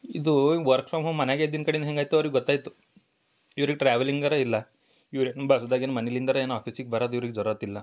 ಇದು work from home ಮನೆಗೆ ಇದ್ದಿದ್ ಕಡೆಯಿಂದ ಹೇಗಾಯ್ತೋ ಅವ್ರಿಗೆ ಗೊತ್ತಾಯಿತು ಇವ್ರಿಗೆ ಟ್ರಾವೆಲಿಂಗಾರೂ ಇಲ್ಲ ಇವ್ರೇನು ಬಸ್ದಾಗಿಂದ ಮನೆಲಿಂದಾರೂ ಏನು ಆಫೀಸಿಗೆ ಬರೋದ್ ಇವ್ರಿಗೆ ಜರುರತ್ತಿಲ್ಲ